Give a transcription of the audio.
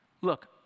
look